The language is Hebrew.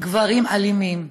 גברים אלימים.